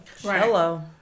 Hello